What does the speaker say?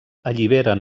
alliberen